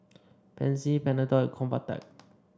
Pansy Panadol and Convatec